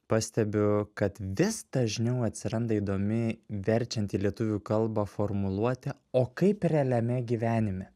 pastebiu kad vis dažniau atsiranda įdomi verčiant į lietuvių kalbą formuluotė o kaip realiame gyvenime